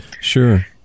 Sure